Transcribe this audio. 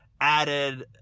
added